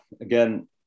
again